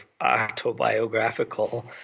autobiographical